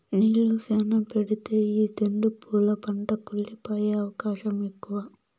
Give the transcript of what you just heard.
నీళ్ళు శ్యానా పెడితే ఈ సెండు పూల పంట కుళ్లి పోయే అవకాశం ఎక్కువ